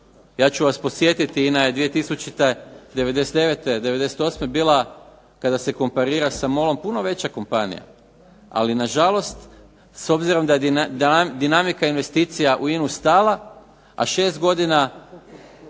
Ja ću vas podsjetiti INA je 2000., 99. i 98. bila kada se komparira sa MOL-om puno veća kompanija, ali na žalost s obzirom da je dinamika investicija u INA-u stala, a u 6 godina